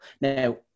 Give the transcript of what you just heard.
Now